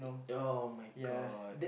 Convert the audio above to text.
[oh]-my-god